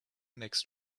next